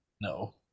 No